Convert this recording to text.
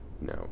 No